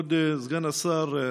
כבוד סגן השר,